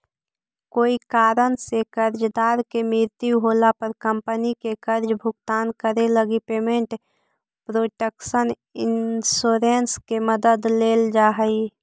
कोई कारण से कर्जदार के मृत्यु होला पर कंपनी के कर्ज भुगतान करे लगी पेमेंट प्रोटक्शन इंश्योरेंस के मदद लेल जा हइ